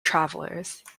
travelers